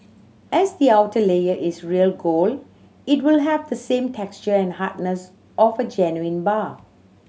as the outer layer is real gold it will have the same texture and hardness of a genuine bar